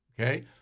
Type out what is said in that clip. Okay